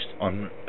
on